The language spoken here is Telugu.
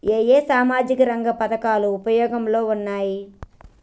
ఏ ఏ సామాజిక రంగ పథకాలు ఉపయోగంలో ఉన్నాయి?